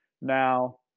Now